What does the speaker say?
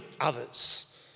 others